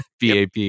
BAP